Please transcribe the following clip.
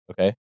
Okay